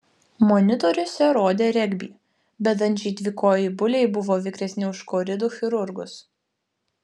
monitoriuose rodė regbį bedančiai dvikojai buliai buvo vikresni už koridų chirurgus